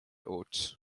oats